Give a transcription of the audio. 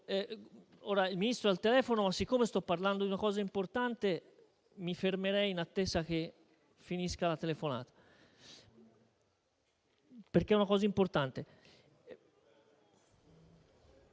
Il Ministro ora è al telefono. Siccome sto parlando di una cosa importante, mi fermerei in attesa che finisca la telefonata. Ripeto, è una cosa importante.